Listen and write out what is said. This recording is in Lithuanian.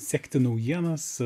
sekti naujienas